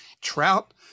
Trout